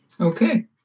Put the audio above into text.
Okay